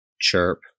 chirp